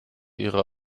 ihre